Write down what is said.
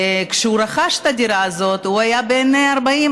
כשהוא רכש את הדירה הזאת הוא היה בן 40,